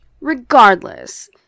Regardless